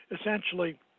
essentially